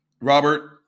Robert